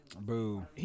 Boo